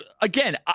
Again